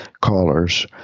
callers